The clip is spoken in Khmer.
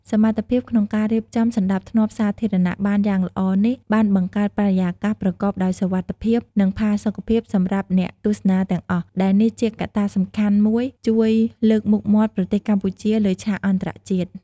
សមត្ថភាពក្នុងការរៀបចំសណ្ដាប់ធ្នាប់សាធារណៈបានយ៉ាងល្អនេះបានបង្កើតបរិយាកាសប្រកបដោយសុវត្ថិភាព និងផាសុកភាពសម្រាប់អ្នកទស្សនាទាំងអស់ ដែលនេះជាកត្តាសំខាន់មួយជួយ លើកមុខមាត់ប្រទេសកម្ពុជាលើឆាកអន្តរជាតិ។